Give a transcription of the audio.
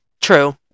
true